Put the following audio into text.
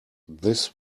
this